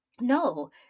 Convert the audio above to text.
No